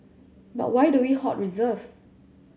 but why do we hoard reserves